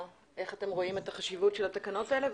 איך אתם רואים את החשיבות של התקנות האלה,